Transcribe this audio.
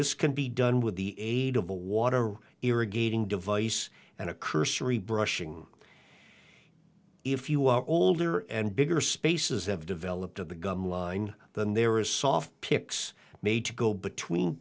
this can be done with the aid of a water or irrigating device and a cursory brushing if you are older and bigger spaces have developed of the gum line than there is soft picks made to go between